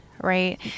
right